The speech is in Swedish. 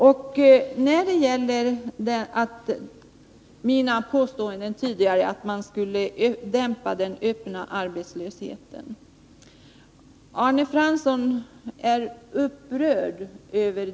Arne Fransson är upprörd över vad jag sade tidigare om att dämpa den öppna arbetslösheten.